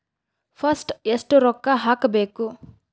First ಎಷ್ಟು ರೊಕ್ಕ ಹಾಕಬೇಕು?